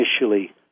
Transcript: initially